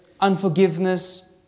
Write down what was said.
unforgiveness